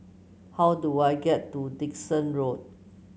how do I get to Dickson Road